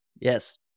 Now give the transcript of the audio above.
Yes